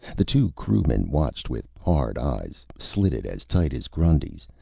the two crewmen watched with hard eyes, slitted as tight as grundy's,